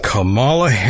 Kamala